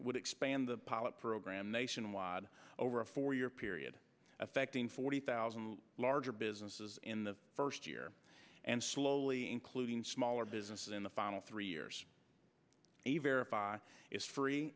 would expand the pilot program in wa over a four year period affecting forty thousand larger businesses in the first year and slowly including smaller businesses in the final three years a verify is free